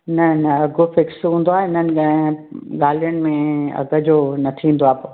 न न अघु फिक्स हूंदो आहे हिननि ॻा ॻाल्हियुनि में अघ जो न थींदो आहे